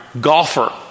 golfer